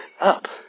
up